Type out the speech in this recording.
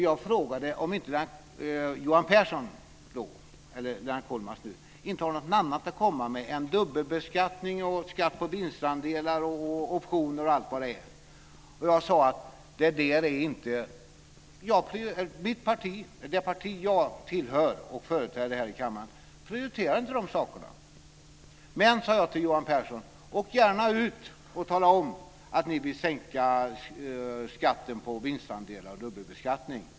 Jag frågade då Johan Pehrson - och nu Lennart Kollmats - om han inte hade något annat att komma med än dubbelbeskattning, skatt på vinstandelar och optioner osv. Det parti jag tillhör och företräder här i kammaren prioriterar inte de sakerna. Men jag sade till Johan Pehrson att han gärna kunde åka ut och tala om att han vill sänka skatten på vinstandelar och dubbelbeskattning.